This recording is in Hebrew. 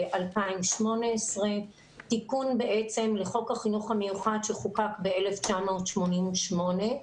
בעצם תיקון לחוק החינוך המיוחד שחוקק ב-1988.